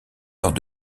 lors